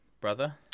brother